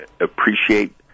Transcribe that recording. appreciate